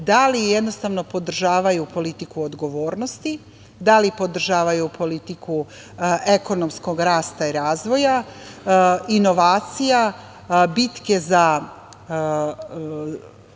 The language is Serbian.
da li jednostavno podržavaju politiku odgovornosti, da li podržavaju politiku ekonomskog rasta i razvoja, inovacija, bitke za